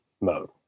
mode